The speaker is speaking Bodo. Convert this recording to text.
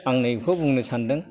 आं नैबेखौ बुंनो सान्दों